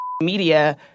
media